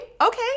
Okay